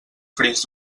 fris